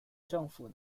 政府